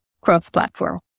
cross-platform